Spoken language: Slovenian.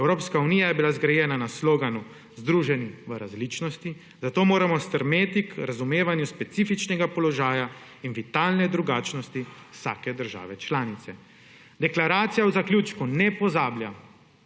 Evropska unija je bila zgrajena na sloganu »Združeni v različnosti«, zato moramo stremeti k razumevanju specifičnega položaja in vitalne drugačnosti vsake države članice. Deklaracija v zaključku ne pozablja